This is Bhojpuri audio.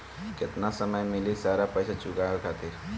केतना समय मिली सारा पेईसा चुकाने खातिर?